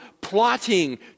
plotting